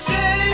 Say